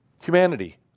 Humanity